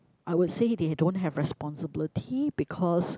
I would say they don't have responsibility because